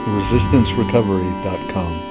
resistancerecovery.com